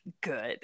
good